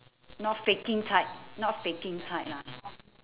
not faking type not faking type lah